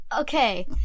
Okay